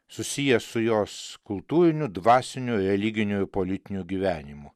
susiję su jos kultūriniu dvasiniu religiniu ir politiniu gyvenimu